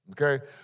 Okay